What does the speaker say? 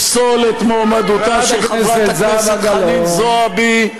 לפסול את מועמדותה של חברת הכנסת חנין זועבי,